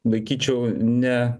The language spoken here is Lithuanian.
laikyčiau ne